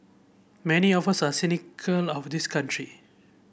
many of us are cynical about this country